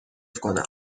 کنم